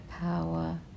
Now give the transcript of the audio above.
power